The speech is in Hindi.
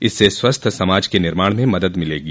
इससे स्वस्थ्य समाज के निमाण में मदद मिलेगी